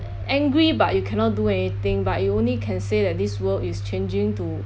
angry but you cannot do anything but you only can say that this world is changing to